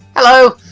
hello!